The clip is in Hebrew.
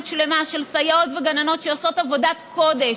שלמה של סייעות וגננות שעושות עבודת קודש,